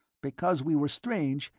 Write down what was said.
because we were strange,